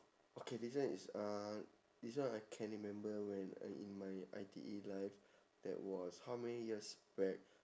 okay this one is uh this one I can remember when uh in my I_T_E life that was how many years back